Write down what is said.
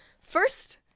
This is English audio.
First